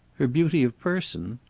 her beauty of person?